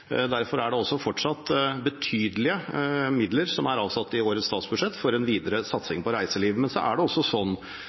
Derfor er det også fortsatt betydelige midler som er avsatt i årets statsbudsjett for en videre satsing på reiseliv. Men det er også sånn